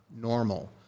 normal